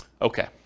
Okay